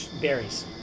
berries